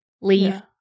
leave